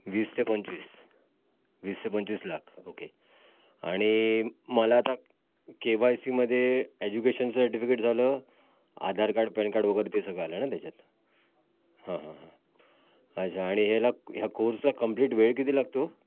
वीस ते पंचवीस वीस ते पंचवीस लाख ओके आणि मला आता के वाय सीमध्ये एज्युकेशन सर्टफिकीट झालं आधार कार्ड पॅन कार्ड वगैरे ते सगळं आलं ना त्याच्यात अच्छा आणि ह्याला ह्या कोर्सचा कंप्लिट वेळ किती लागतो